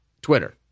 Twitter